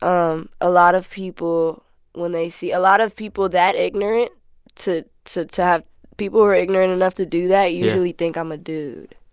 um a lot of people when they see a lot of people that ignorant to to have people who are ignorant enough to do that usually think i'm a dude